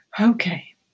okay